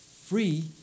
free